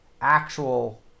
actual